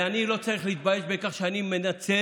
ואני לא צריך להתבייש בכך שאני מנצל